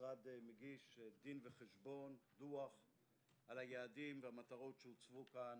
המשרד מגיש דוח על היעדים והמטרות שהוצבו כאן